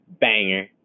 banger